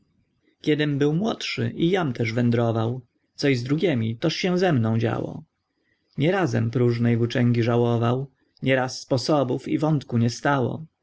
kiedym był młodszy i jam też wędrował co i z drugiemi toż się ze mną działo nie razem próżnej włóczęgi żałował nie raz sposobów i wątku nie stało